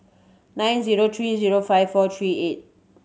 nine zero three zero five four three eight